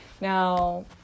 Now